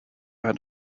had